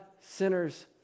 sinners